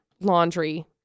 laundry